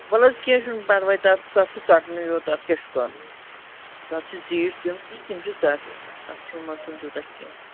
وَل حظ کینٛہہ چھُ نہ پرواے تتھ تتھ چھُ ژَٹنُے یوت تتھ کیاہ چھُ تتھ چھِ زیٖر دِنۍ تِم چھِ ژَٹن سُہ چھُ نہٕ مَسلہ تیوتاہ کینٛہہ